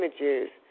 images